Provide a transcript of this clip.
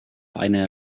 eine